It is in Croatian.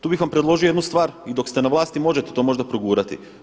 Tu bih vam predložio jednu stvar i dok ste na vlasti možete to možda progurati.